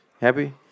happy